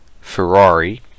Ferrari